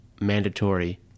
mandatory